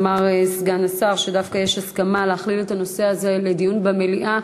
אמר סגן השר שדווקא יש הסכמה להכליל את הנושא הזה בדיונים במליאה,